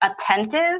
attentive